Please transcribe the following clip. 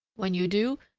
when you do,